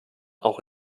auch